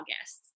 August